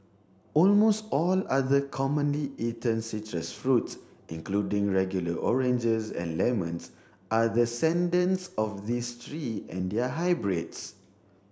almost all other commonly eaten citrus fruits including regular oranges and lemons are descendants of these three and their hybrids